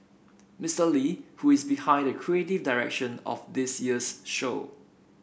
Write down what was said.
Mister Lee who is behind the creative direction of this year's show